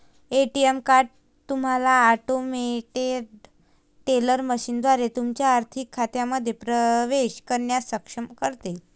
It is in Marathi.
ए.टी.एम कार्ड तुम्हाला ऑटोमेटेड टेलर मशीनद्वारे तुमच्या आर्थिक खात्यांमध्ये प्रवेश करण्यास सक्षम करते